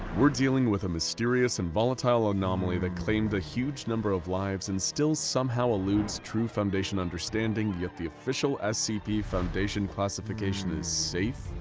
we're dealing with a mysterious and volatile anomaly that's claimed a huge number of lives and still somehow eludes true foundation understanding, yet the official scp foundation classification is safe?